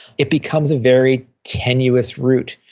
it becomes a very tenuous route.